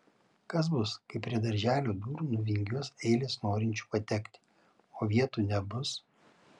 kas bus kai prie darželio durų nuvingiuos eilės norinčių patekti o vietų nebus